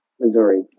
Missouri